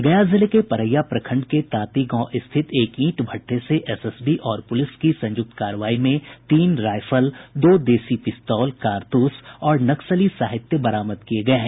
गया जिले के परैया प्रखंड के तांती गांव स्थित एक ईंट भट्ठे से एसएसबी और प्रलिस की संयुक्त कार्रवाई में तीन रायफल दो देसी पिस्तौल कारतूस और नक्सली साहित्य बरामद किये गये हैं